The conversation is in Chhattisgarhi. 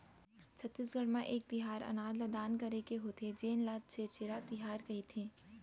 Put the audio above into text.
छत्तीसगढ़ म एक तिहार अनाज ल दान करे के होथे जेन ल छेरछेरा तिहार कहिथे